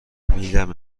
میدیدم